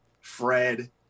Fred